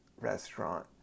restaurant